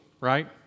right